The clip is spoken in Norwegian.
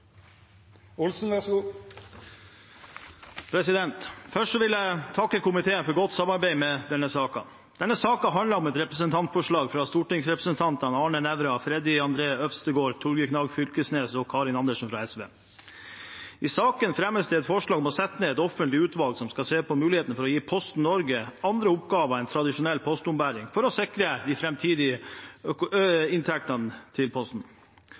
Først vil jeg takke komiteen for godt samarbeid i denne saken. Denne saken handler om et representantforslag fra stortingsrepresentantene Arne Nævra, Freddy André Øvstegård, Torgeir Knag Fylkesnes og Karin Andersen fra SV. I saken fremmes det et forslag om å sette ned et offentlig utvalg som skal se på mulighetene for å gi Posten Norge AS andre oppgaver enn tradisjonell postombæring, for å sikre de framtidige inntektene til Posten.